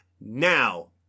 now